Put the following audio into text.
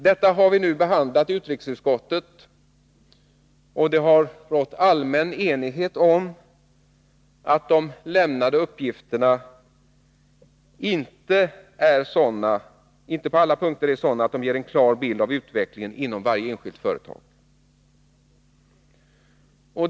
Detta har vi nu behandlat i utrikesutskottet, och det har rått allmän enighet om att de lämnade uppgifterna inte på alla punkter är sådana, att de ger en klar bild av utvecklingen inom varje enskilt företag.